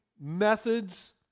methods